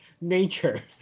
nature